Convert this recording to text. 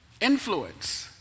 Influence